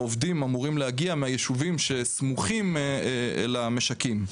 העובדים אמורים להגיע מהישובים שסמוכים למשקים.